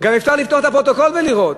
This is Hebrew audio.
גם אפשר לפתוח את הפרוטוקול ולראות.